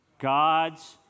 God's